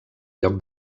lloc